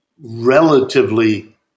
relatively